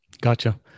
Gotcha